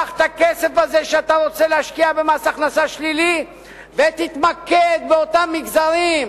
קח את הכסף הזה שאתה רוצה להשקיע במס הכנסה שלילי ותתמקד באותם מגזרים,